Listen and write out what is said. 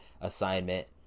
assignment